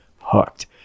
hooked